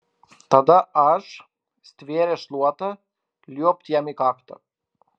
tada aš stvėręs šluotą liuobt jam į kaktą